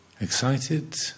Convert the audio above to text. Excited